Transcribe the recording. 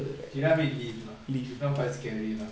giraffe eat leaf ah this [one] quite scary lah